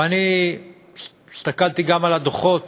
אבל אני הסתכלתי גם על הדוחות